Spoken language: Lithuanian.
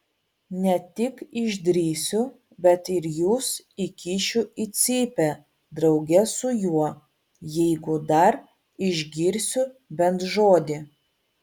ne tik išdrįsiu bet ir jus įkišiu į cypę drauge su juo jeigu dar išgirsiu bent žodį